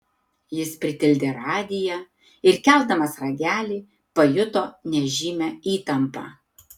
jis pritildė radiją ir keldamas ragelį pajuto nežymią įtampą